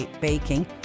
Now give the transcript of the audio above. baking